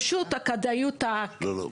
פשוט הכדאיות ה --- לא,